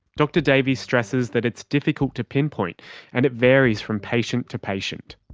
dr davies stresses that it's difficult to pinpoint and it varies from patient to patient.